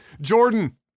Jordan